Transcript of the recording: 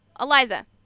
Eliza